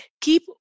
keep